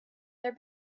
their